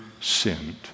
sinned